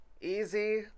Easy